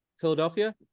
Philadelphia